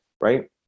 right